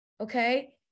Okay